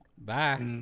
Bye